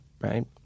right